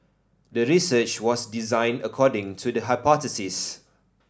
the research was designed according to the hypothesis